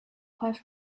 five